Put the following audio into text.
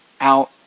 out